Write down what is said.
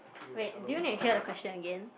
wait do you need to hear the question again